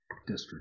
district